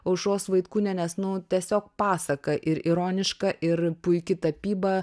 aušros vaitkūnienės nu tiesiog pasaka ir ironiška ir puiki tapyba